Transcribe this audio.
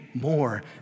more